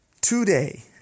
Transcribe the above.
today